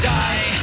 die